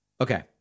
Okay